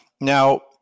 Now